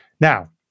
Now